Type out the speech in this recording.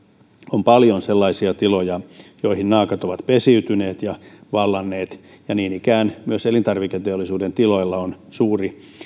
on paljon sellaisia tiloja joihin naakat ovat pesiytyneet ja jotka ne ovat vallanneet ja niin ikään myös elintarviketeollisuuden tiloilla on suuri